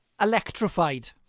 electrified